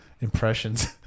impressions